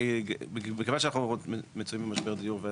מכיוון שאנחנו מצויים במשבר דיור,